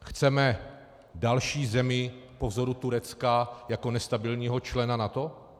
Chceme další zemi po vzoru Turecka jako nestabilního člena NATO?